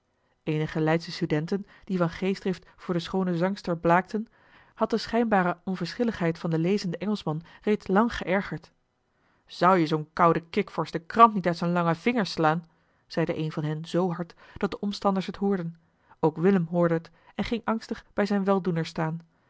eenige leidsche studenten die van geestdrift voor de schoone zangster blaakten had de schijnbare onverschilligheid van den lezenden engelschman reeds lang geërgerd zou je zoo'n kouden kikvorsch de krant niet uit zijne lange vingers slaan zeide een van hen zoo hard dat de omstanders het hoorden ook willem hoorde het en ging angstig bij zijn weldoener staan